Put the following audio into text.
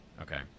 okay